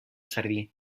jardí